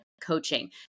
coaching